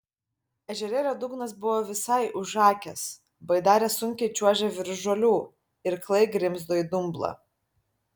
ežerėlio dugnas buvo visai užakęs baidarė sunkiai čiuožė virš žolių irklai grimzdo į dumblą